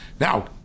Now